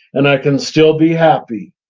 and i can still be happy.